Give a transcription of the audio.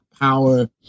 power